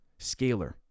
Scalar